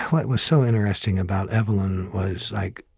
what was so interesting about evelyn was, like,